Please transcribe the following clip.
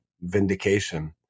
vindication